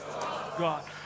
God